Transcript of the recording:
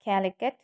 Calicut